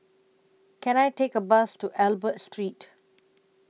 Can I Take A Bus to Albert Street